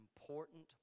important